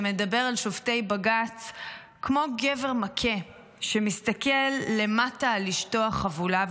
שמדבר על שופטי בג"ץ כמו גבר מכה שמסתכל למטה על אשתו החבולה,